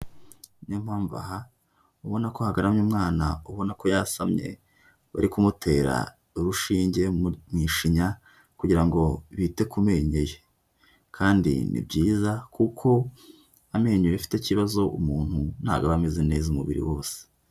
Niyo mpamvu aha ubona ko hagaramye umwana ubona ko yasamye bari kumutera urushinge mu ishinya kugira ngo bite ku menyo ye, kandi ni byiza kuko amenyo iyo afite ikibazo umuntu ntabwo aba ameze neza umubiri wose.